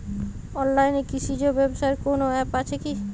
অনলাইনে কৃষিজ ব্যবসার কোন আ্যপ আছে কি?